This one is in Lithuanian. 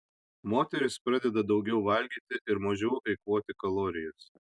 moteris pradeda daugiau valgyti ir mažiau eikvoti kalorijas